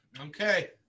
Okay